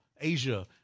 Asia